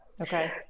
Okay